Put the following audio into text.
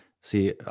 See